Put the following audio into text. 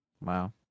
Wow